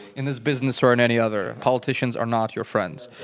in this business or in any other, politicians are not your friends.